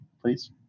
please